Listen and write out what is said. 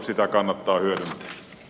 sitä kannattaa hyödyntää